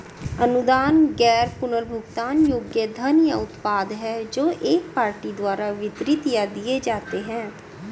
अनुदान गैर पुनर्भुगतान योग्य धन या उत्पाद हैं जो एक पार्टी द्वारा वितरित या दिए जाते हैं